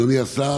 אדוני השר,